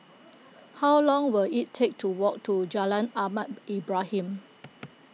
how long will it take to walk to Jalan Ahmad Ibrahim